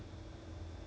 hello hello